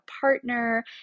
partner